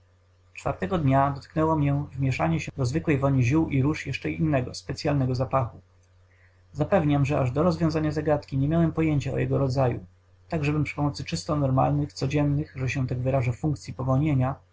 czwartego dnia dotknęło mnie wmieszanie się do zwykłej woni ziół i róż jeszcze innego specyalnego zapachu zapewniam że aż do rozwiązania zagadki nie miałem pojęcia o jego rodzaju tak żebym przy pomocy czysto normalnych codziennych że się tak wyrażę funkcyi powonienia